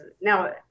Now